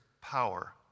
power